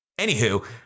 anywho